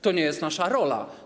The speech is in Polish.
To nie jest nasza rola.